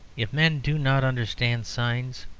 if men do not understand signs,